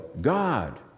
God